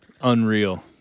Unreal